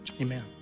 amen